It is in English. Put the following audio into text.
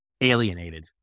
alienated